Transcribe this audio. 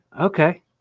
Okay